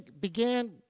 began